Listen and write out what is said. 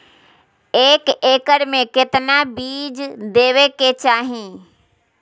एक एकड़ मे केतना बीज देवे के चाहि?